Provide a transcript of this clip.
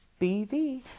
BV